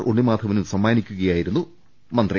ഉണ്ണിമാധവനും സമ്മാനി ക്കുകയായിരുന്നു മന്ത്രി